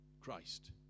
Christ